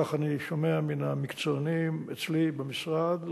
כך אני שומע מן המקצוענים אצלי במשרד,